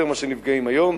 אבל לא יותר ממה שנפגעים היום,